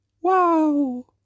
wow